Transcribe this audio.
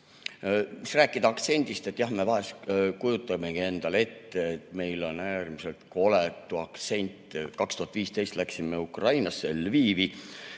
Kui rääkida aktsendist, siis jah, me vahel kujutame endale ette, et meil on äärmiselt koletu aktsent. 2015 läksime Ukrainasse, Lvivi,